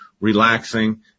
relaxing